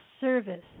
service